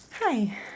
Hi